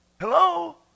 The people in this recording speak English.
Hello